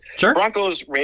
Broncos